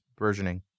versioning